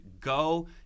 go